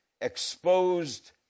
exposed